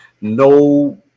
no